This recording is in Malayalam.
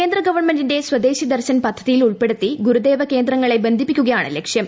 കേന്ദ്ര ഗവൺമെന്റിന്റെ സ്വദേശി ദർശിൻ പ്ദ്ധതിയിൽ ഉൾപ്പെടുത്തി ഗുരുദേവ കേന്ദ്രങ്ങളെ ബന്ധിപ്പിക്കുകുയാണ് ലക്ഷ്യം